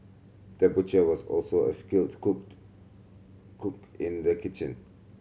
the butcher was also a skilled cooked cook in the kitchen